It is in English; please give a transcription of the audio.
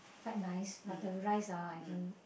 quite nice but the rice ah I don't